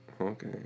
Okay